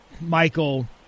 Michael